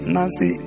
Nancy